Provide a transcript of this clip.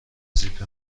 زیپ